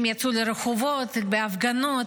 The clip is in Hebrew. אנשים יצאו לרחובות בהפגנות,